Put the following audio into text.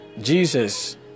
Jesus